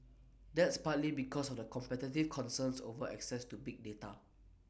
that's partly because of the competitive concerns over access to big data